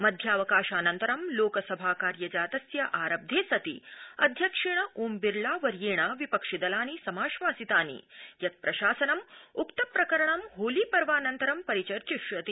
मध्यावकाशानन्तर लोकसभा कार्यजातस्य आरब्धे सति अध्यक्षेण ओम् बिरला वर्येण विपक्षिदलानि समाश्वासितानि यत् प्रशासनं उक्तप्रकरणं होली पर्वानन्तरं परिचर्चिष्यति